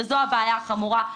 וזו הבעיה החמורה.